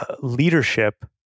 leadership